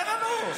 אין לנו,